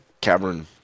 cavern